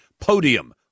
podium